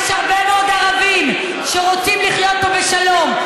יש הרבה מאוד ערבים שרוצים לחיות פה בשלום.